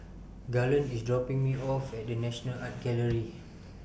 Garland IS dropping Me off At The National Art Gallery